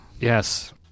yes